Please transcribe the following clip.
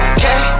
Okay